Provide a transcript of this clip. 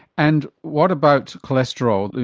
and what about cholesterol,